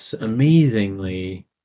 amazingly